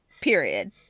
period